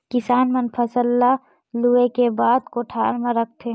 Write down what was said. किसान मन फसल ल लूए के बाद कोठर म राखथे